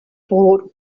brought